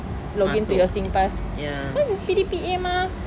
login to your SingPass because it's P_D_P_A mah